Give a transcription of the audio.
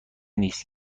نیست